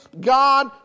God